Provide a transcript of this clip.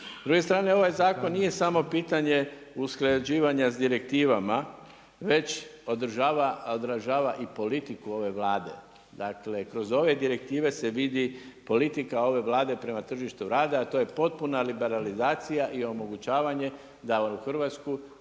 S druge strane, ovaj zakon nije samo pitanje usklađivanja s direktivama već odražava i politiku ove Vlade. Dakle, kroz ove direktive se vidi politika ove Vlade prema tržištu rada a to je potpuna liberalizacija i omogućavanje da u Hrvatsku